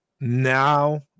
now